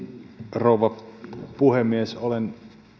rouva puhemies olen